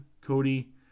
Cody